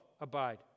abide